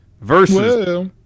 versus